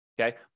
Okay